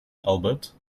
albert